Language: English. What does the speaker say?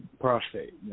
prostate